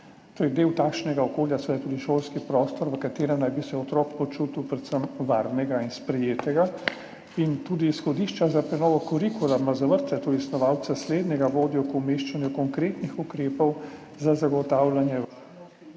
del takšnega okolja je seveda tudi šolski prostor, v katerem naj bi se otrok počutil predvsem varnega in sprejetega, in tudi izhodišča za prenovo Kurikuluma za vrtce, ki snovalce slednjega vodijo k umeščanju konkretnih ukrepov za zagotavljanje